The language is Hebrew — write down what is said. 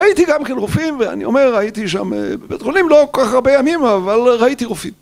ראיתי גם כן רופאים ואני אומר הייתי שם בבית החולים לא כל כך הרבה ימים אבל ראיתי רופאים